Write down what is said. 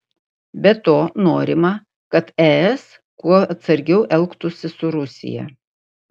be to norima kad es kuo atsargiau elgtųsi su rusija